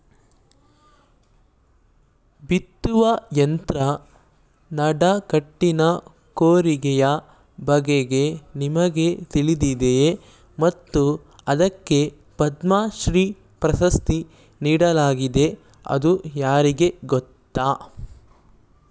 ಬಿತ್ತುವ ಯಂತ್ರ ನಡಕಟ್ಟಿನ ಕೂರಿಗೆಯ ಬಗೆಗೆ ನಿಮಗೆ ತಿಳಿದಿದೆಯೇ ಮತ್ತು ಇದಕ್ಕೆ ಪದ್ಮಶ್ರೀ ಪ್ರಶಸ್ತಿ ನೀಡಲಾಗಿದೆ ಅದು ಯಾರಿಗೆ ಗೊತ್ತ?